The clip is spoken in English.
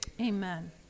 Amen